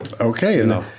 Okay